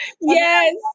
Yes